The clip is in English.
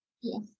Yes